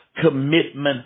commitment